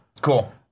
Cool